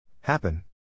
Happen